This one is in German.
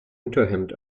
unterhemd